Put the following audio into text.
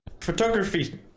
photography